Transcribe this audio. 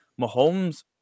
Mahomes